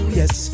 yes